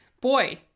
boy